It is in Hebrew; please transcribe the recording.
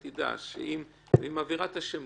היא מעבירה את השמות.